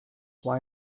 why